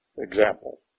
Example